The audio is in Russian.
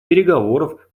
переговоров